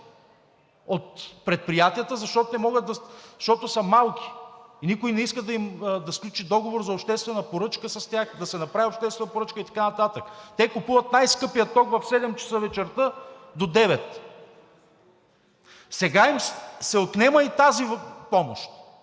от предприятията, защото са малки и никой не иска да сключи договор за обществена поръчка с тях, да се направи обществена поръчка и така нататък. Те купуват най-скъпия ток в седем часа вечерта до девет, сега им се отнема и тази помощ,